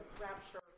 rapture